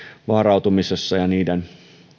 varautumisessa ja niiden